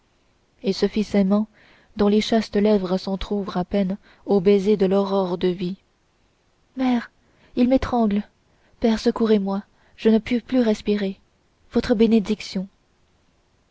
et ce fils aimant dont les chastes lèvres s'entr'ouvrent à peine aux baisers de l'aurore de vie mère il m'étrangle père secourez-moi je ne puis plus respirer votre bénédiction